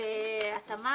בהתאמה